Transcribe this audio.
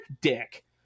dick